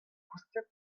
koustet